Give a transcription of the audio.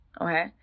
Okay